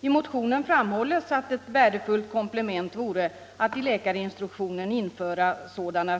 I motionen framhålles att ett värdefullt komplement vore att i läkarinstruktionen införa